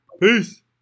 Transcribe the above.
Peace